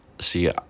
see